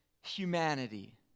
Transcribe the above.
humanity